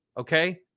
okay